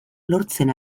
lortzen